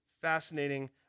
fascinating